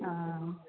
हा